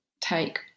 take